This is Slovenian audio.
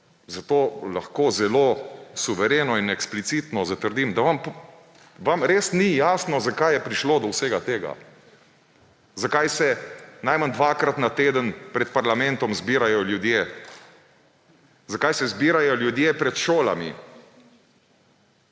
Zato lahko zelo suvereno in eksplicitno zatrdim, da vam res ni jasno, zakaj je prišlo do vsega tega, zakaj se najmanj dvakrat na teden pred parlamentom zbirajo ljudje, zakaj se zbirajo ljudje pred šolami,